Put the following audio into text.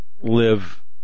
live